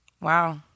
Wow